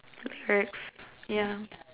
okay ya